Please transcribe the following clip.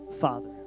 Father